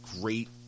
great